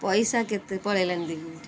ପଇସା କେତେ ପଳେଇଲାଣି